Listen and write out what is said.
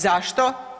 Zašto?